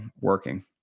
working